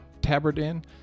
Tabardin